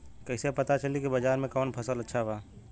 कैसे पता चली की बाजार में कवन फसल अच्छा बा?